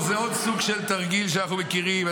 זה עוד סוג של תרגיל שאנחנו מכירים,